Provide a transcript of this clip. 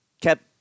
kept